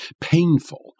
painful